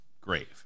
grave